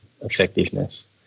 effectiveness